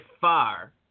far